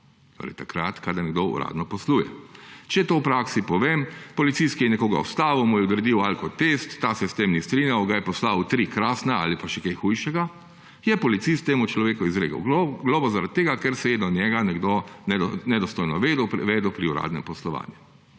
to je takrat, kadar nekdo uradno posluje. Če to v praksi povem, policist, ki je nekoga ustavil, mu je odredil alkotest, ta se s tem ni strinjal, ga je poslal v tri krasne ali pa še kaj hujšega, je policist temu človeku izrekel globo zaradi tega, ker se je do njega nekdo nedostojno vedel pri uradnem poslovanju.